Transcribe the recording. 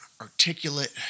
articulate